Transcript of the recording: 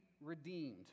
redeemed